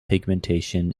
pigmentation